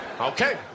Okay